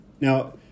Now